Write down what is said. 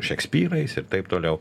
šekspyrais ir taip toliau